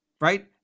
right